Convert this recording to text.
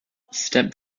step